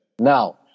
Now